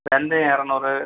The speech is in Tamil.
வெந்தயம் எரநூறு